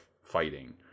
fighting